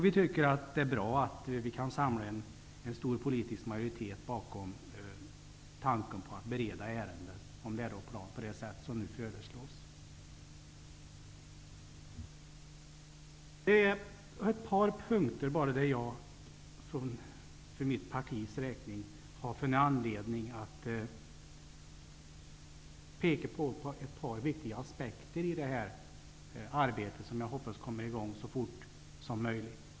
Vi tycker att det är bra att vi kan samla en stor politisk majoritet bakom tanken på att bereda ärendet om läroplan på det sätt som nu föreslås. Det är bara på ett par punkter som jag för mitt partis räkning har funnit anledning att peka på viktiga aspekter i arbetet, som jag hoppas kommer i gång så fort som möjligt.